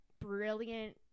Brilliant